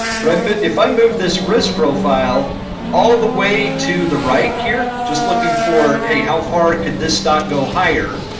but um but if i move this risk profile all the way to the right here just looking for a how far could this stock go higher,